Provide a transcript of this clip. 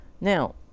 Now